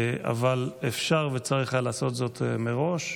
אבל אפשר וצריך היה לעשות זאת מראש,